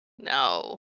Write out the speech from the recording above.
No